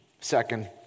Second